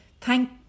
thank